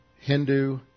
Hindu